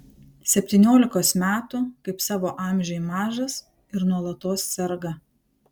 septyniolikos metų kaip savo amžiui mažas ir nuolatos serga